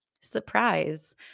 surprise